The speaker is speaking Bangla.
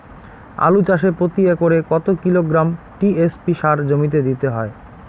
আলু চাষে প্রতি একরে কত কিলোগ্রাম টি.এস.পি সার জমিতে দিতে হয়?